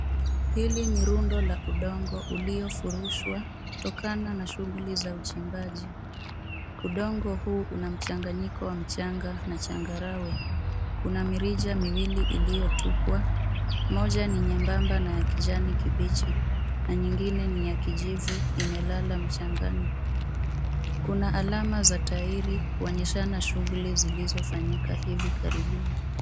Hili ni rundo la udongo uliyofurushwa kutokana na shughuli za uchimbaji. Udongo huu una mchanganyiko wa mchanga na changarawe. Kuna mirija miwili iliyotupwa, moja ni nyembamba na ya kijani kibichi na nyingine ni ya kijivu, imelala mchangani. Kuna alama za tairi kuonyeshana shughuli zilizofanyika hivi karibuni.